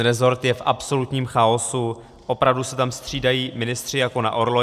Resort je v absolutním chaosu, opravdu se tam střídají ministři jako na orloji.